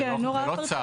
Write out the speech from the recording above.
זה לא צו,